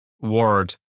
word